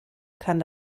kann